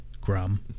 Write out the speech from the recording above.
Grum